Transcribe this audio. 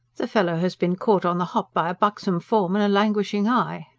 the fellow has been caught on the hop by a buxom form and a languishing eye,